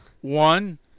One